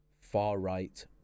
far-right